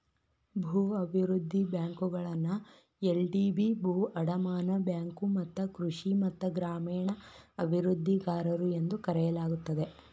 ಭೂ ಅಭಿವೃದ್ಧಿ ಬ್ಯಾಂಕುಗಳನ್ನ ಎಲ್.ಡಿ.ಬಿ ಭೂ ಅಡಮಾನ ಬ್ಯಾಂಕು ಮತ್ತ ಕೃಷಿ ಮತ್ತ ಗ್ರಾಮೇಣ ಅಭಿವೃದ್ಧಿಗಾರರು ಎಂದೂ ಕರೆಯಲಾಗುತ್ತದೆ